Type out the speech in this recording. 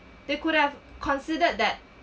they could have considered that